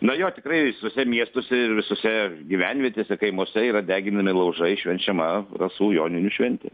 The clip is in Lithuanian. na jo tikrai visuose miestuose ir visose gyvenvietėse kaimuose yra deginami laužai švenčiama rasų joninių šventė